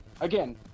again